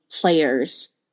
players